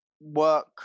work